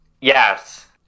Yes